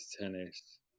tennis